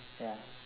ya